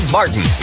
Martin